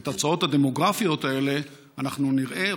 ואת התוצאות הדמוגרפיות האלה אנחנו נראה,